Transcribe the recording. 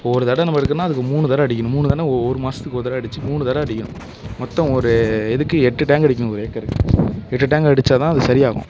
ஒரு தடவை நம்ம எடுக்கணுன்னால் அதுக்கு மூணு தடவை அடிக்கணும் மூணு தடவை ஒரு மாதத்துக்கு ஒரு தடவை அடித்து மூணு தடவை அடிக்கணும் மொத்தம் ஒரு இதுக்கு எட்டு டேங்க் அடிக்கணும் ஒரு ஏக்கருக்கு எட்டு டேங்க் அடிச்சால் தான் அது சரியாகும்